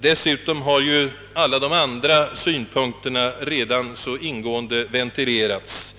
Dessutom har ju snart sagt alla: andra synpunkter på u-landsbiståndet redan så ingående ventileras här. i däg.